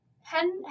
Hen